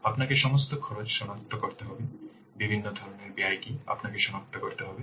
আপনাকে সমস্ত খরচ সনাক্ত করতে হবে বিভিন্ন ধরণের ব্যয় কী আপনাকে সনাক্ত করতে হবে